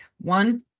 One